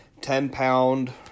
ten-pound